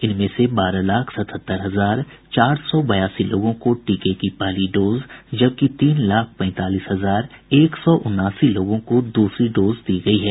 इनमें से बारह लाख सतहत्तर हजार चार सौ बयासी लोगों को टीके की पहली डोज जबकि तीन लाख पैंतालीस हजार एक सौ उनासी लोगों को दूसरी डोज दी गयी है